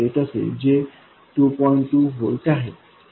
8 असेल जे 2